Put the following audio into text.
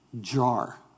jar